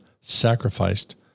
sacrificed